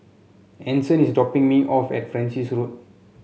Anson is dropping me off at Francis Road